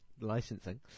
licensing